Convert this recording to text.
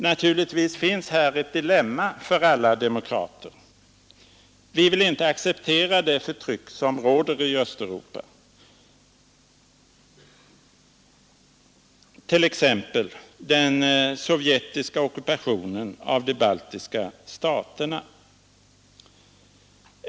Naturligtvis finns här ett dilemma för alla demokrater. Vi vill inte acceptera det förtryck som råder i Östeuropa, t.ex. den sovjetiska ockupationen av de baltiska staterna.